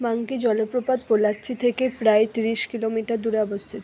monkey জলপ্রপাত পোল্লাচি থেকে প্রায় তিরিশ কিলোমিটার দূরে অবস্থিত